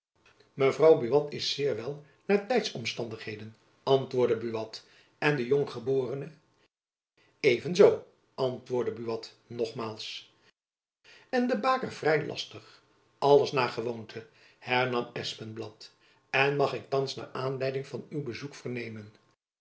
mevrouw buat is zeer wel naar tijds omstandigheden antwoordde buat en de jonggeborene even zoo antwoordde buat nogmaals en de baker vrij lastig alles naar gewoonte hernam van espenblad en mag ik thands naar de aanleiding van uw bezoek vernemen